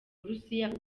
burusiya